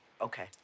okay